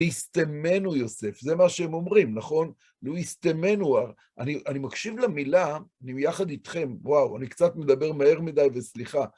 ישטמנו יוסף, זה מה שהם אומרים, נכון? לו ישטמנו. אני... אני מקשיב למילה, אני ביחד איתכם, וואו, אני קצת מדבר מהר מדי, וסליחה.